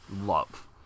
love